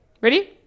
Ready